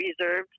reserved